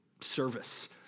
service